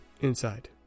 inside